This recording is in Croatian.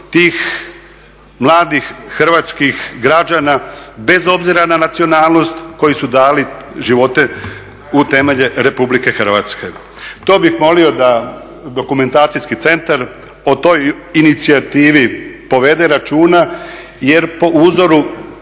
tih mladih hrvatskih građana, bez obzira na nacionalnost koji su dali živote u temelje Republike Hrvatske. To bih molio da dokumentacijski centar o toj inicijativi povede računa jer po uzoru